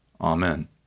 Amen